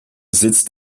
sitzt